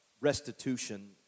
restitution